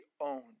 owned